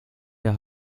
der